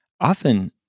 Often